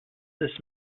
des